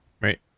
right